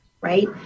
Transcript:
right